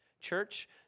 Church